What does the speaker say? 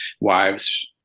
wives